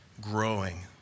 growing